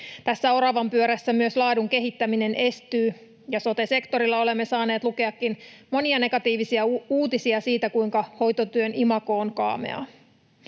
Tässä oravanpyörässä myös laadun kehittäminen estyy, ja sote-sektorilla olemme saaneet lukeakin monia negatiivisia uutisia siitä, kuinka hoitotyön imago on kaamea.